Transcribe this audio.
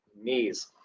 knees